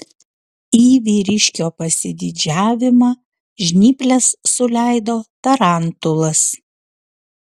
į vyriškio pasididžiavimą žnyples suleido tarantulas